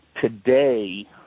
Today